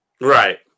right